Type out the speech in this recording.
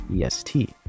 est